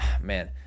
man